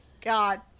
god